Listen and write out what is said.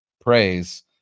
praise